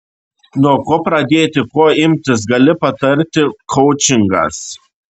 nuo ko pradėti ko imtis gali patarti koučingas